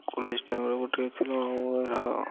college ଟାଇମରେ ଗୋଟେ ଥିଲା ଆଉ